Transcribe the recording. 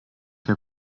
herr